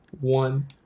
One